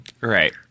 Right